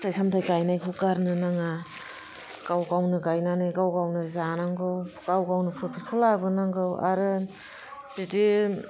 फिथाइ सामथाइ गायनायखौ गारनो नाङा गाव गावनो गाइनानै गाव गावनो जानांगौ गाव गावनो प्रफिटखाै लाबोनांगौ आरो बिदि